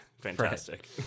fantastic